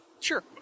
Sure